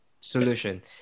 solution